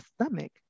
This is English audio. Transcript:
stomach